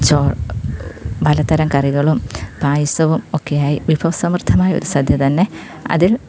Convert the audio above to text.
ചോറും പലതരം കറികളും പായസവും ഒക്കെയായിട്ട് വിഭവ സമൃദ്ധമായ ഒരു സദ്യ തന്നെ അതിൽ